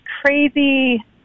crazy